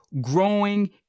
growing